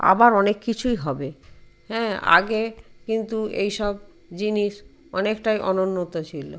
আবার অনেক কিছুই হবে হ্যাঁ আগে কিন্তু এইসব জিনিস অনেকটাই অনুন্নত ছিল